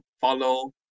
follow